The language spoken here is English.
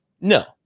No